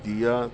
दिया